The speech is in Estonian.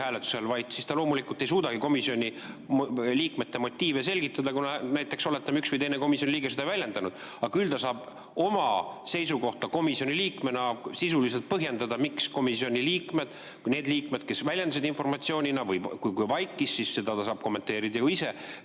hääletusel vait, siis ta loomulikult ei suudagi komisjoni liikmete motiive selgitada, kuna näiteks oletame, et üks või teine komisjoni liige seda ei väljendanud. Küll aga saab ta oma seisukohta komisjoni liikmena sisuliselt põhjendada, miks komisjoni liikmed – need liikmed, kes väljendasid end või vaikisid, seda ta saab ju kommenteerida – ei